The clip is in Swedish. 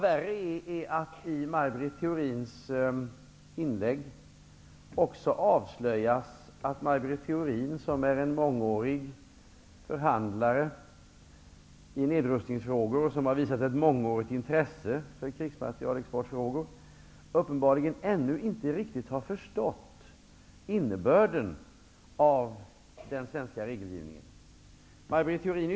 Värre är att det i Maj Britt Theorins inlägg också avslöjas att Maj Britt Theorin, som under många år varit förhandlare i nedrustningsfrågor och som har visat ett stort intresse för krigsmaterielexportfrågor, uppenbarligen ännu inte riktigt har förstått innebörden av den svenska regelgivningen.